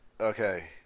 Okay